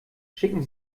schicken